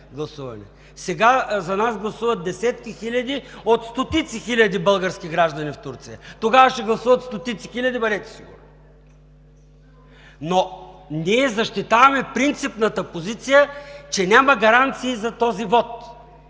Сега за нас гласуват десетки хиляди от стотици хиляди български граждани в Турция. Тогава ще гласуват стотици хиляди. Бъдете сигурни! Но ние защитаваме принципната позиция, че няма гаранции за този вот